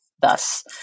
thus